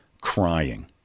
crying